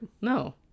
No